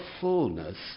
fullness